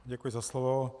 Děkuji za slovo.